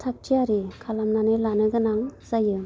थाग थियारि खालामनानै लानो गोनां जायो